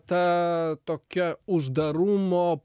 ta tokia uždarumo